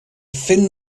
thin